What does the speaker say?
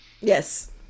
yes